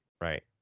right